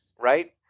right